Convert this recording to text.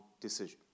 decision